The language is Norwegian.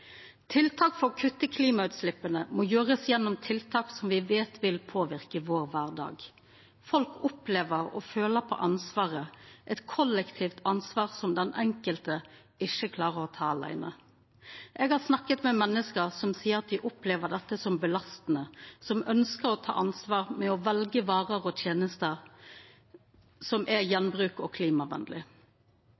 Tiltak for å kutta klimautsleppa må gjerast gjennom tiltak som me veit vil påverka vår kvardag. Folk opplever og føler på ansvaret, eit kollektivt ansvar som den enkelte ikkje klarar å ta aleine. Eg har snakka med menneske som seier at dei opplever dette som belastande, og som ønskjer å ta ansvar ved å velja varer og tenester som er